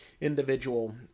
individual